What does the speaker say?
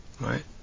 right